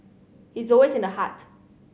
he's always in the heart